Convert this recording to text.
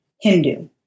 Hindu